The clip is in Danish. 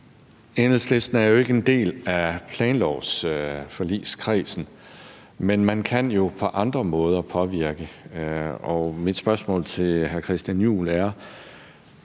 Enhedslisten er jo ikke en del af planlovsforligskredsen, men man kan jo på andre måder påvirke, og mit spørgsmål til hr. Christian Juhl,